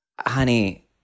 Honey